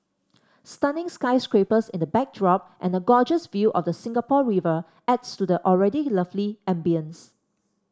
stunning sky scrapers in the backdrop and a gorgeous view of the Singapore River adds to the already lovely ambience